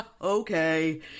okay